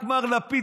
רק מר לפיד,